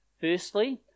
Firstly